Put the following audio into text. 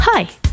Hi